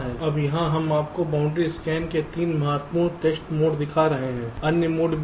अब यहां हम आपको बाउंड्री स्कैन के 3 महत्वपूर्ण टेस्ट मोड दिखा रहे हैं अन्य मोड भी हैं